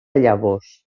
llavors